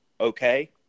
okay